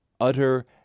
utter